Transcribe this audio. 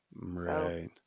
Right